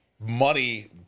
Money